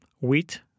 Wheat